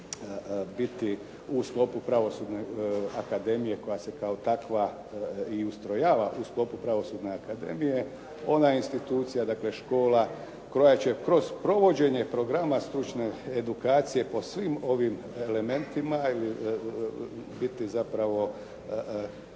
biti u sklopu Pravosudne akademije koja se kao takva i ustrojava u sklopu Pravosudne akademije. Ona je institucija dakle škola koja će kroz provođenje programa stručne edukacije po svim ovim elementima ili biti zapravo